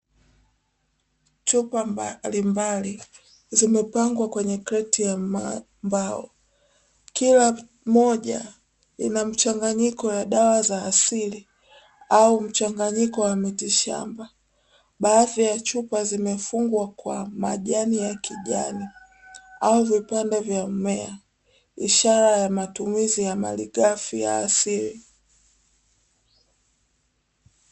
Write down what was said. Chupa mablimbali zimepangwa kwenye kreti ya mbao kila moja inamchanganyiko wa dawa za asili au mchanganyiko wa mitishamba baadhi ya chupa zimefungwa kwa majani ya kijani au vipande vya mmea ishara ya matumizi ya mali ghafi ya asili.